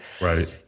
Right